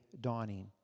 dawning